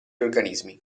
organismi